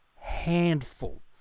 handful